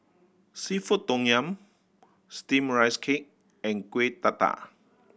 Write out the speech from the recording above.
seafood tom yum Steamed Rice Cake and Kuih Dadar